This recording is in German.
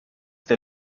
der